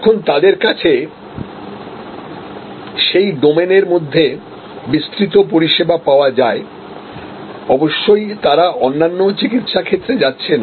এখন তাদের কাছে সেই ডোমেনের মধ্যে বিস্তৃত পরিষেবা পাওয়াযায় অবশ্যই তারা অন্যান্য চিকিত্সা ক্ষেত্রেযাচ্ছে না